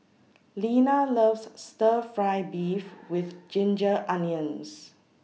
Lina loves Stir Fry Beef with Ginger Onions